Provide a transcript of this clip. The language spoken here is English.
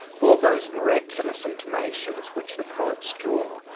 all those mirac ulous intimations which the poets draw,